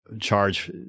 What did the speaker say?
charge